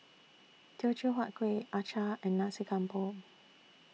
Teochew Huat Kueh Acar and Nasi Campur